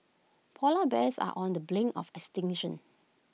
Polar Bears are on the brink of extinction